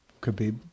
Khabib